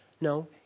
No